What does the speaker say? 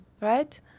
Right